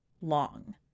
long